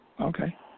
Okay